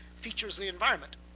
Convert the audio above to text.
features the environment.